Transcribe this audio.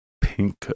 pink